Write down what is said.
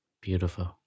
Beautiful